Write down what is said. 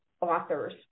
authors